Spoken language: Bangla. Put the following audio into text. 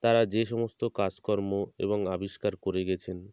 তারা যে সমস্ত কাজকর্ম এবং আবিষ্কার করে গেছেন